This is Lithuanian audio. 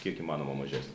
kiek įmanoma mažesnė